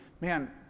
man